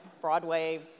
Broadway